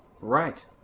Right